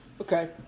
Okay